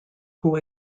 who